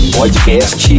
podcast